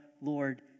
Lord